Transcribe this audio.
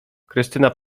krystyna